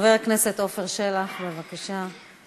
חבר הכנסת עפר שלח, בבקשה.